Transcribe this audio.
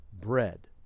bread